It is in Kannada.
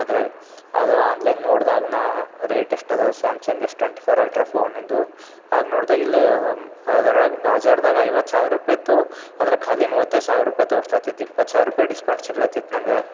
ಅದ್ರಾಗ ಅದು ಆನ್ಲೈನ್ ನೋಡ್ದಾಗ ನಾ ರೇಟ್ ಎಷ್ಟು ಅದ Samsung S twenty four ultra ಫೋನಿಂದು ಆಗ ನೋಡ್ದಾಗ ಇಲ್ಲೂ ಅದ್ರಾಗ ಬಾಜಾರ್ದಾಗ್ ಐವತ್ತು ಸಾವಿರ ರುಪಾಯಿ ಇತ್ತು ಅದ್ರಾಗ ಖಾಲಿ ಮೂವತ್ತೈದು ಸಾವಿರ ರುಪಾಯಿ ತೋರಿಸ್ತತಿ ಇಪ್ಪತ್ತು ಸಾವಿರ ರುಪಾಯಿ ಡಿಸ್ಕೌಂಟ್ ಸಿಗ್ಲಾತಿತ್ತು ನಂಗೆ